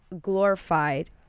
glorified